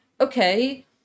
okay